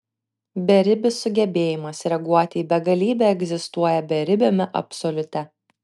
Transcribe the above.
beribis sugebėjimas reaguoti į begalybę egzistuoja beribiame absoliute